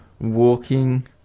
walking